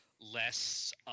less